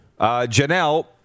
Janelle